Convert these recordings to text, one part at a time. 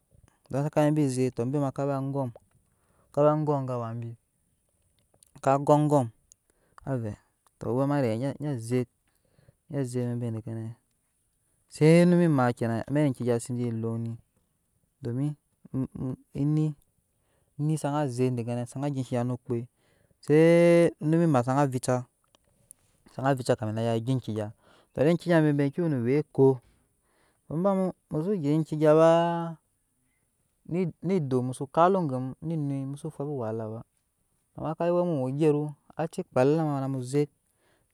To sakaba uee bi zek to ebe maaka we angom kawe angom gawabi kako angom wema ni rigeya ni zek sei onum nyi ma kenan amɛk enke gya ke lonŋi domin eni zaba zek dekenɛ sei onum nyi ma saba vica kami agya enke ga amma enke gya ki wene miya eko ebamu muskose gya enke gya ba nidoo musukap alum gemu ne nui musu fulabi no wahalaba amma zaka ya owɛ me woo ogyeruu aci akpaa lala namu zek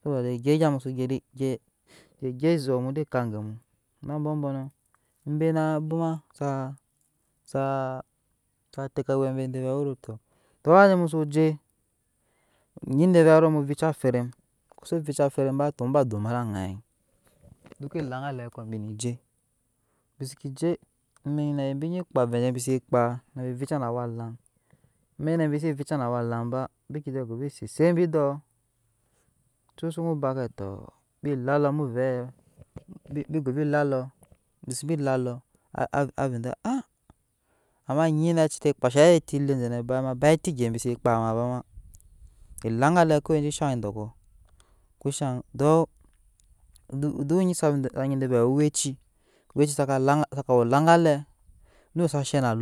avɛɛ jegyep egyamuse ji gye̱p ozaɔp mu ede ekaa gemu ama abowbownɔ na bwama saa saa ateke awɛ be vɛɛ to duk awa mu soo je nyide vɛɛ mu vica ferem mu kosi vica ferem ba muboo dɔɔ ma ede aŋaa dukka elangale bineje bdeke je amɛk nyinɛ binyi kpaa avɛɛ bise kpaa na bi vica na awa alang bi kesi vca na awalang ba bike je seseebi edɔɔ ocuk sukubb ba tɔɔ bi gvee lalɔɔ bi zebe lalɔɔ avɛɛ de aa aa nyinɛ vɛɛ de asa kpaa shairi eti deenɛ kuma baa eti gyɛɛ ebi se kpaa ba dege elaŋgaulle je shan edɔkɔ ku shan duk any sa nyi vɛɛ ede vɛɛ eni we owɛɛi owɛci saka we daŋgale duk sa she na alɔma.